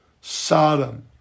Sodom